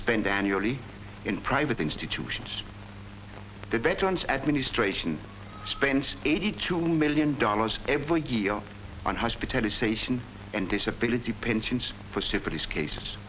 spent annually in private institutions the veterans administration spends eighty two million dollars every year on hospitality sation and disability pensions for cities case